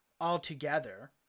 altogether